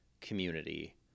community